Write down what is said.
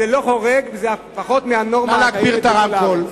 זה לא חורג, וזה פחות מהנורמה הקיימת בכל הארץ.